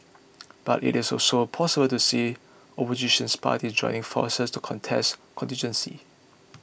but it is also possible to see oppositions parties joining forces to contest constituencies